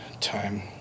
time